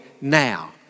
now